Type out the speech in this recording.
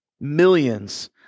Millions